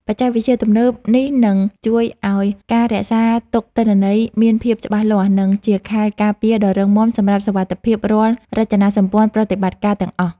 បច្ចេកវិទ្យាទំនើបនេះនឹងជួយឱ្យការរក្សាទុកទិន្នន័យមានភាពច្បាស់លាស់ និង ជាខែលការពារដ៏រឹងមាំសម្រាប់សុវត្ថិភាពរាល់រចនាម្ព័ន្ធប្រតិបត្តិការទាំងអស់។